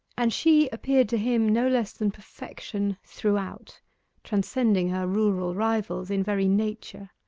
and she appeared to him no less than perfection throughout transcending her rural rivals in very nature.